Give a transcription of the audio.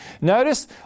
notice